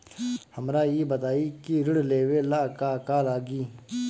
हमरा ई बताई की ऋण लेवे ला का का लागी?